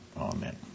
Amen